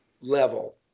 level